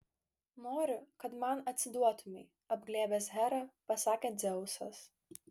noriu kad man atsiduotumei apglėbęs herą pasakė dzeusas